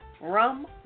rum